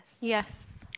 Yes